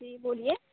جی بولیے